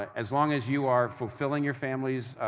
as long as you are fulfilling your family's